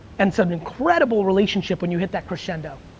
and some incredible relationship when you hit that crescendo.